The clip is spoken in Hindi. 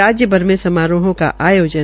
राज्य भर में समारोह का आयोजन